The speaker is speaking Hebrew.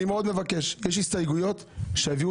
אני מאוד מבקש שאת ההסתייגויות יביאו